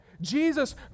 Jesus